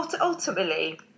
Ultimately